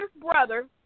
brother